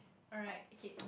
alright okay